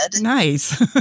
Nice